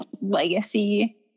legacy